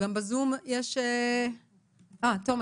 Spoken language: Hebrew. תומר